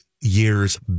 year's